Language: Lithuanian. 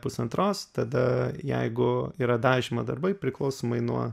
pusantros tada jeigu yra dažymo darbai priklausomai nuo